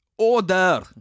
Order